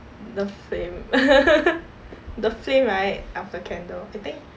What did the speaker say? the flame the flame right of the candle I think